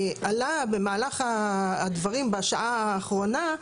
עלה במהלך הדברים בשעה האחרונה,